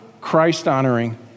Christ-honoring